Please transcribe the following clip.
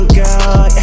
girl